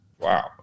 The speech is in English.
Wow